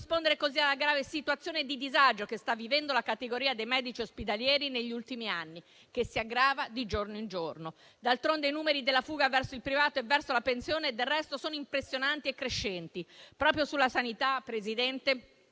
voluto rispondere così alla grave situazione di disagio che sta vivendo la categoria dei medici ospedalieri negli ultimi anni, che si aggrava di giorno in giorno. D'altronde, i numeri della fuga verso il privato e verso la pensione sono impressionanti e crescenti. Proprio sulla sanità, signor Presidente,